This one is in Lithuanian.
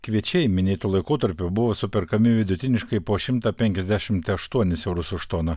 kviečiai minėtu laikotarpiu buvo superkami vidutiniškai po šimtą penkiasdešimt aštuonis eurus už toną